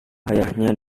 ayahnya